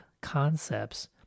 concepts